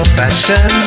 fashion